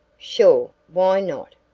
sure why not?